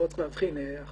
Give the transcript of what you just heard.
מה